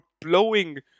blowing